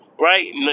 right